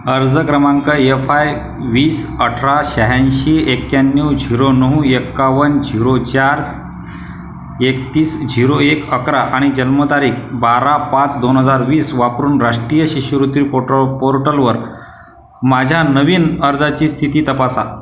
अर्ज क्रमांक F I वीस अठरा शहाऐंशी एक्याण्णव झिरो नऊ एक्कावन्न झिरो चार एकतीस झिरो एक अकरा आणि जन्मतारीख बारा पाच दोन हजार वीस वापरून राष्ट्रीय शिष्यवृत्ती पॉर्टो पोर्टलवर माझ्या नवीन अर्जाची स्थिती तपासा